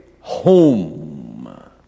home